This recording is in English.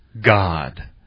God